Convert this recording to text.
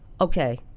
Okay